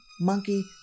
monkey